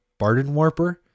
Bardenwarper